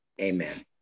Amen